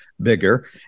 bigger